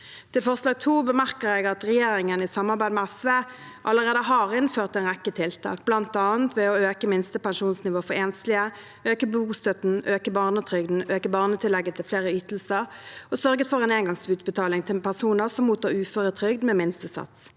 forslaget bemerker jeg at regjeringen i samarbeid med SV allerede har innført en rekke tiltak, bl.a. ved å øke minste pensjonsnivå for enslige, øke bostøtten, øke barnetrygden, øke barnetillegget til flere ytelser og sørget for en engangsutbetaling til personer som mottar uføretrygd med minstesats.